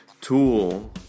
tool